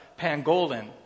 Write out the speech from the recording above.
pangolin